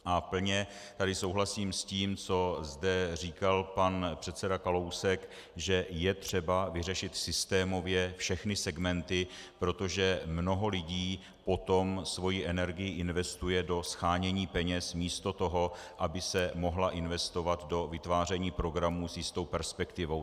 A plně tady souhlasím s tím, co zde říkal pan předseda Kalousek, že je třeba vyřešit systémově všechny segmenty, protože mnoho lidí potom svoji energii investuje do shánění peněz místo toho, aby se mohla investovat do vytváření programů s jistou perspektivou.